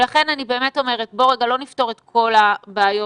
לכן אני אומרת, לא נפתור את כל הבעיות